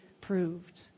proved